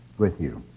with you